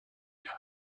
know